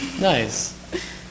Nice